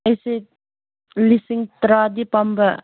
ꯑꯩꯁꯦ ꯂꯤꯁꯤꯡ ꯇꯔꯥꯗꯤ ꯄꯥꯝꯕ